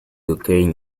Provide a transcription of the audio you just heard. occurring